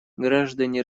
граждане